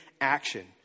action